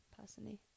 personally